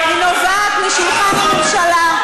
היא נובעת משולחן הממשלה.